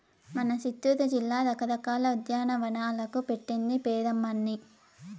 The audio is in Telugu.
మన సిత్తూరు జిల్లా రకరకాల ఉద్యానవనాలకు పెట్టింది పేరమ్మన్నీ